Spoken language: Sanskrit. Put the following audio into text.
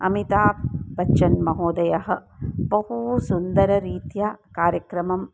अमिताभबच्चनमहोदयः बहु सुन्दररीत्या कार्यक्रमम्